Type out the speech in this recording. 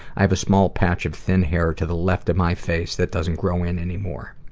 i have a small patch of thin hair to the left of my face that doesn't grow in anymore.